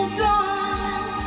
darling